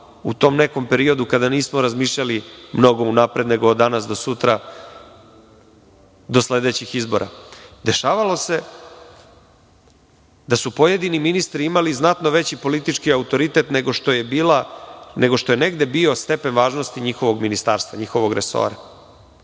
u tom nekom periodu kada nismo razmišljali mnogo unapred, nego od danas do sutra do sledećih izbora.Dešavalo se da su pojedini ministri imali znatno veći politički autoritet nego što je negde bio stepen važnosti njihovog ministarstva, njihovog resora,